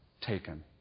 taken